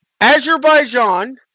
Azerbaijan